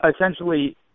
essentially